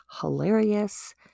hilarious